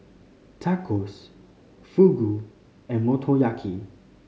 Tacos Fugu and Motoyaki